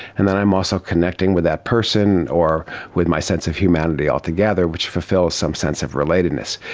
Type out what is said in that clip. and then i'm also connecting with that person or with my sense of humanity altogether which fulfils some sense of relatedness.